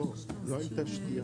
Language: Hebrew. אוקיי.